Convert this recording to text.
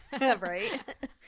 Right